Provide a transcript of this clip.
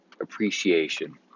appreciation